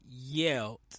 yelled